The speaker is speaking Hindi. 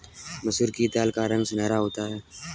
मसूर की दाल का रंग सुनहरा होता है